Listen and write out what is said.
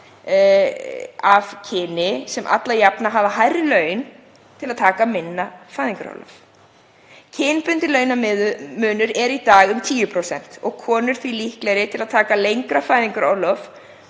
því kyni sem alla jafna hafa hærri laun til að taka minna fæðingarorlof. Kynbundinn launamunur er í dag um 10% og konur því líklegri til að taka lengra fæðingarorlof